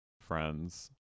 friends